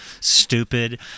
stupid